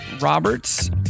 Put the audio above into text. Roberts